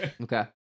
okay